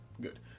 Good